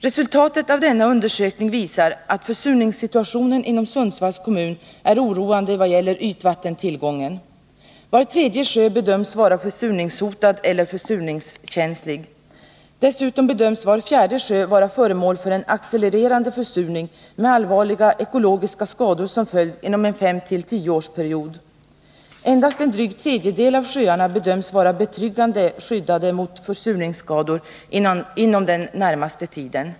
Resultat av denna undersökning visar att försurningssituationen inom Sundsvalls kommun är oroande vad gäller ytvattentillgången. Var tredje sjö bedöms vara försurningshotad eller försurningskänslig. Dessutom bedöms var fjärde sjö vara föremål för en accelererande försurning med allvarliga ekologiska skador som följd inom en femtill tioårsperiod. Endast en dryg tredjedel av sjöarna bedöms vara ”betryggande” skyddade mot försurningsskador inom den närmaste tiden.